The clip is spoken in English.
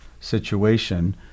situation